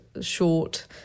short